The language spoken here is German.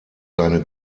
seine